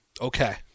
Okay